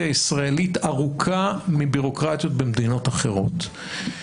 הישראלית ארוכה מבירוקרטיות במדינות אחרות.